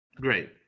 great